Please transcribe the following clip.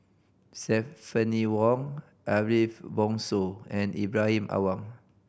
Stephanie Wong Ariff Bongso and Ibrahim Awang